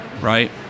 right